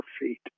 feet